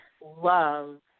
love